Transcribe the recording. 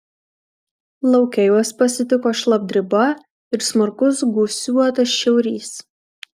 lauke juos pasitiko šlapdriba ir smarkus gūsiuotas šiaurys